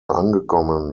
angekommen